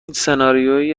سناریویی